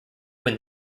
win